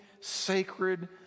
sacred